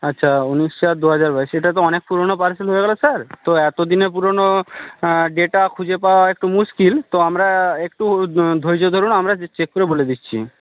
আচ্ছা ঊনিশ সাত দু হাজার বাইশ এটা তো অনেক পুরোনো পার্সেল হয়ে গেলো স্যার তো এতদিনের পুরোনো ডেটা খুঁজে পাওয়া একটু মুশকিল তো আমরা একটু ধৈর্য্য ধরুন আমরা চেক করে বলে দিচ্ছি